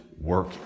work